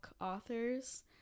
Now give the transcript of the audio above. authors